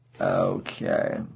okay